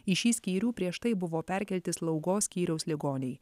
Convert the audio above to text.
į šį skyrių prieš tai buvo perkelti slaugos skyriaus ligoniai